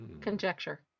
conjecture